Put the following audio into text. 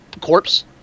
corpse